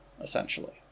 essentially